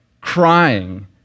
crying